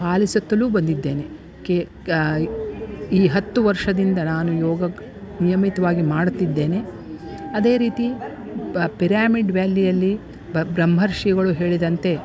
ಪಾಲಿಸುತ್ತಲೂ ಬಂದಿದ್ದೇನೆ ಕೆ ಈ ಹತ್ತು ವರ್ಷದಿಂದ ನಾನು ಯೋಗ ನಿಯಮಿತವಾಗಿ ಮಾಡ್ತಿದ್ದೇನೆ ಅದೇ ರೀತಿ ಪಾ ಪಿರಾಮಿಡ್ ವ್ಯಾಲಿಯಲ್ಲಿ ಬ್ರಹ್ಮರ್ಷಿಗಳು ಹೇಳಿದಂತೆ